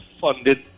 funded